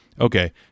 okay